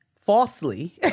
falsely